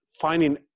finding